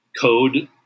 code